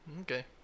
Okay